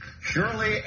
Surely